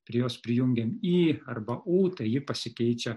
prie jos prijungiam i arba u tai ji pasikeičia